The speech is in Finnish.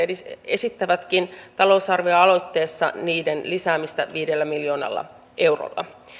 esittävätkin talousarvioaloitteessa niiden lisäämistä viidellä miljoonalla eurolla